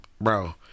Bro